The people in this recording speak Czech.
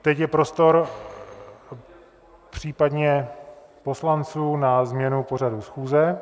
Teď je prostor případně poslanců na změnu pořadu schůze.